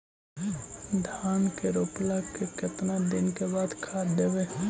धान के रोपला के केतना दिन के बाद खाद देबै?